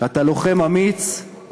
אתה לוחם אמיץ.